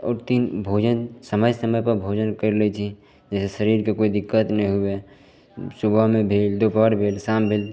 आओर तीन भोजन समय समयपर भोजन करि लै छी जाहिसे शरीरके कोइ दिक्कत नहि हुए सुबहमे भेल दुपहर भेल शाम भेल